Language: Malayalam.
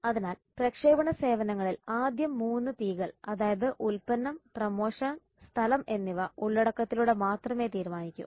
അതിനാൽ പ്രക്ഷേപണ സേവനങ്ങളിൽ ആദ്യം 3 P കൾ അതായത് ഉൽപ്പന്നം പ്രമോഷൻ സ്ഥലം എന്നിവ ഉള്ളടക്കത്തിലൂടെ മാത്രമേ തീരുമാനിക്കൂ